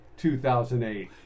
2008